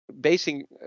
basing